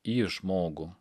į žmogų